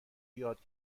یاد